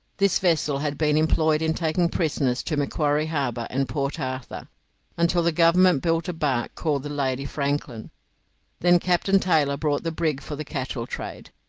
this vessel had been employed in taking prisoners to macquarie harbour and port arthur until the government built a barque called the lady franklin then captain taylor bought the brig for the cattle trade.